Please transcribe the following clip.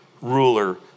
ruler